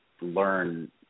learn